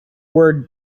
word